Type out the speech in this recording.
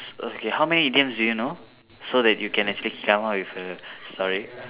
okay how many idioms do you know so that you can actually come up with a story